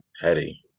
petty